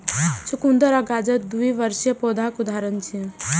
चुकंदर आ गाजर द्विवार्षिक पौधाक उदाहरण छियै